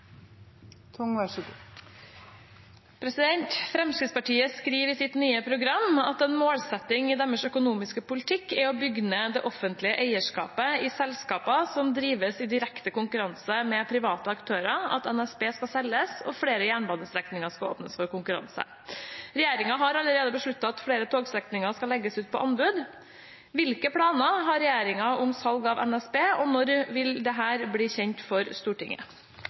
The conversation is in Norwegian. å bygge ned det offentlige eierskapet i selskaper som drives i direkte konkurranse med private aktører, at NSB skal selges, og flere jernbanestrekninger skal åpnes for konkurranse. Regjeringen har allerede besluttet at flere togstrekninger skal legges ut på anbud. Hvilke planer har regjeringen om salg av NSB, og når vil dette bli kjent for Stortinget?»